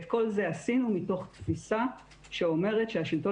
וכל את זה עשינו מתוך תפיסה שאומרת שהשלטון